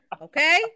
Okay